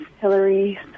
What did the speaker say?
hillary